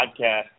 podcast